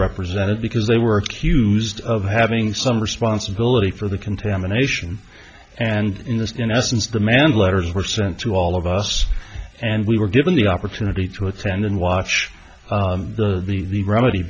represented because they were accused of having some responsibility for the contamination and in this in essence demand letters were sent to all of us and we were given the opportunity to attend and watch the remedy